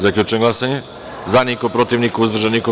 Zaključujem glasanje: za - niko, protiv - niko, uzdržanih – nema.